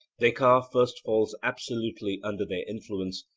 descartes first falls absolutely under their influence,